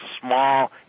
small